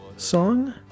Song